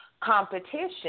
competition